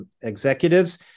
executives